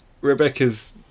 Rebecca's